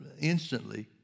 instantly